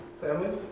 Families